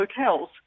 hotels